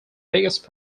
biggest